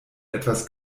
etwas